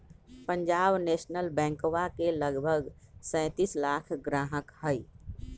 Punjab national बैंकवा के लगभग सैंतीस लाख ग्राहक हई